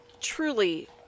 truly